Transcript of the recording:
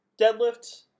deadlift